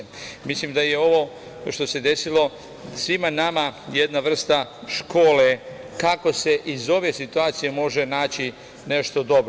Mislim da je ovo što se desilo svima nama jedna vrsta škole kako se iz ove situacije može naći nešto dobro.